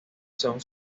son